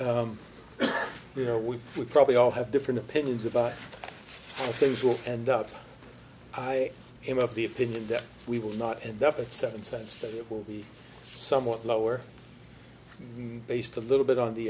you know we would probably all have different opinions about things will end up i am of the opinion that we will not end up at seven cents that it will be somewhat lower and based a little bit on the